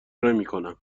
نمیکنم